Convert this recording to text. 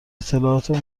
اطلاعات